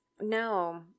no